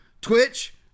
Twitch